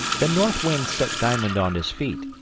then north wind set diamond on his feet,